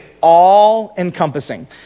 all-encompassing